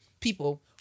people